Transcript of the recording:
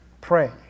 pray